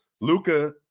Luca